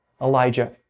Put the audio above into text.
Elijah